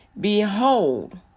Behold